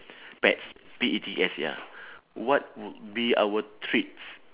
pets P E T S ya what would be our treats